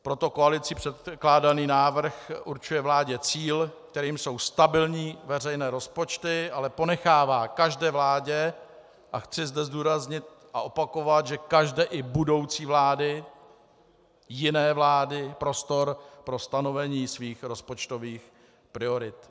Proto koalicí předkládaný návrh určuje vládě cíle, kterými jsou stabilní veřejné rozpočty, ale ponechává každé vládě, a chci zde zdůraznit a opakovat, že každé, i budoucí vládě, jiné vládě, prostor pro stanovení svých rozpočtových priorit.